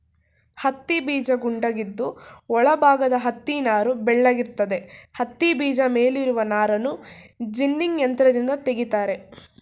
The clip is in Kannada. ಹತ್ತಿಬೀಜ ಗುಂಡಾಗಿದ್ದು ಒಳ ಭಾಗದ ಹತ್ತಿನಾರು ಬೆಳ್ಳಗಿರ್ತದೆ ಹತ್ತಿಬೀಜ ಮೇಲಿರುವ ನಾರನ್ನು ಜಿನ್ನಿಂಗ್ ಯಂತ್ರದಿಂದ ತೆಗಿತಾರೆ